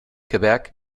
quebec